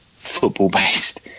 football-based